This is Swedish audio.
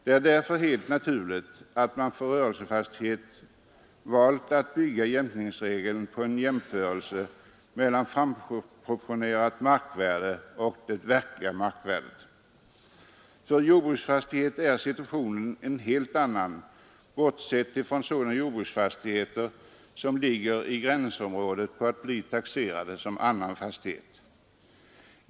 Det är därför helt naturligt att man för rörelsefastighet valt att bygga jämkningsregeln på en jämförelse mellan framproportionerat markvärde och verkligt markvärde. För jordbruksfastighet är situationen en helt annan, bortsett från sådana jordbruksfastigheter som ligger i gränsområdet att bli taxerade som annan fastighet.